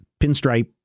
pinstripe